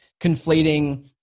conflating